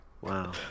wow